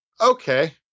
okay